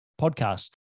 Podcast